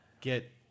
get